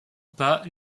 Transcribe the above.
pas